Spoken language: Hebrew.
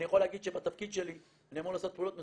אני יכול להגיד שבתפקיד שלי אני אמור לעשות פעולות מסוימות,